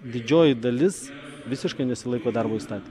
didžioji dalis visiškai nesilaiko darbo įstatymų